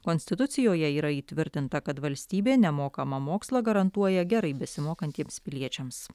konstitucijoje yra įtvirtinta kad valstybė nemokamą mokslą garantuoja gerai besimokantiems piliečiams